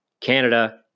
Canada